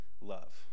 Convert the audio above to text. love